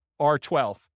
R12